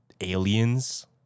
aliens